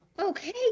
Okay